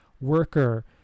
worker